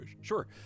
Sure